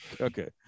Okay